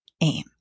aim